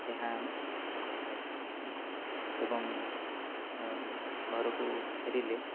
ଏହା ଆମେ କହିଥାଉ ତାଙ୍କୁ ଏବଂ ଘରକୁ ଫେରିଲେ